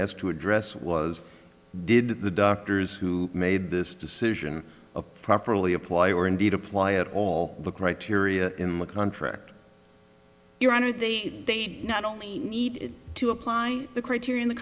asked to address was did the doctors who made this decision properly apply or indeed apply at all the criteria in the contract your honor they not only need to apply the criteria in the